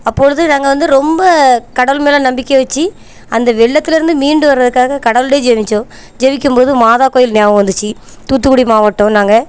அப்பொழுது நாங்கள் வந்து ரொம்ப கடவுள் மேலே நம்பிக்க வச்சு அந்த வெள்ளத்துலேருந்து மீண்டு வர்றதுக்காக கடவுள்கிட்டே ஜெபிச்சோம் ஜெபிக்கும் போது மாதா கோயில் ஞாபகம் வந்துச்சு தூத்துக்குடி மாவட்டம் நாங்கள்